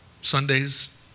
Sundays